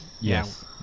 Yes